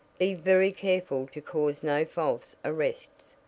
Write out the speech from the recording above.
be very careful to cause no false arrests.